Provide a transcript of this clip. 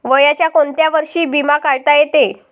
वयाच्या कोंत्या वर्षी बिमा काढता येते?